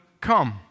come